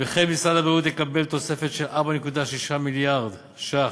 משרד הבריאות יקבל תוספת של 4.6 מיליארד ש"ח,